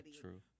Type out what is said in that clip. true